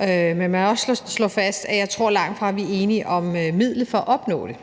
Men lad mig også slå fast, at jeg tror, at vi langtfra er enige om midlet til at opnå det.